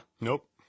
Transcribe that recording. nope